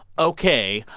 ok.